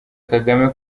kagame